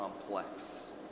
complex